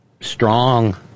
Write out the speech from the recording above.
strong